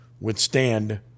withstand